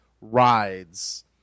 rides